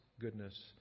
goodness